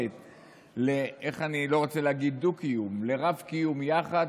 אני לא רוצה להגיד דו-קיום לרב-קיום יחד,